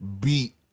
beat